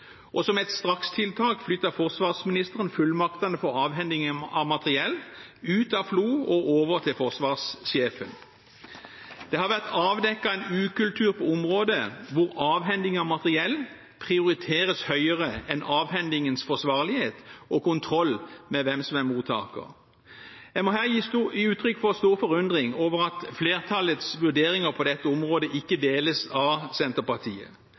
kritikkverdig. Som et strakstiltak flyttet forsvarsministeren fullmaktene for avhending av materiell ut av FLO og over til forsvarssjefen. Det har vært avdekket en ukultur på området hvor avhending av materiell prioriteres høyere enn avhendingens forsvarlighet og kontroll med hvem som er mottaker. Jeg må her gi uttrykk for stor forundring over at flertallets vurderinger på dette området ikke deles av Senterpartiet.